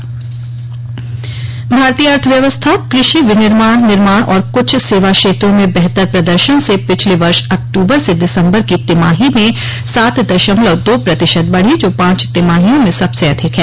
अर्थव्यवस्था भारतीय अर्थव्यवस्था कृषि विनिर्माण निर्माण और कुछ सेवा क्षेत्रों में बेहतर प्रदर्शन से पिछले वर्ष अक्टूबर से दिसंबर की तिमाही में सात दशमलव दो प्रतिशत बढ़ी जो पांच तिमाहियों में सबसे अधिक है